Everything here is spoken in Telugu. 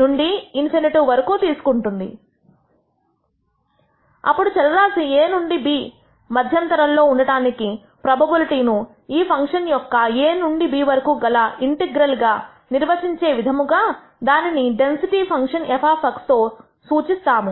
నుండి ∞ వరకు తీసుకుంటుంది అప్పుడు చర రాశి a నుండి b మద్యంతరంలో ఉండడానికి ప్రోబబిలిటీ ను ఈ ఫంక్షన్ యొక్క a నుండి b కు గల ఇంటిగ్రల్ నిర్వచించే విధముగా దానిని డెన్సిటీ ఫంక్షన్ f తో సూచిస్తాము